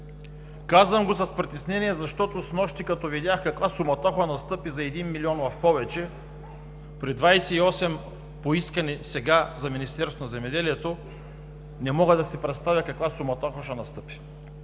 Казвам го с притеснение, защото снощи, като видях каква суматоха настъпи за 1 млн. лв. в повече, при 28 млн. лв. поискани сега за Министерството на земеделието, не мога да си представя каква суматоха ще настъпи